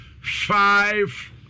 five